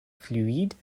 fluides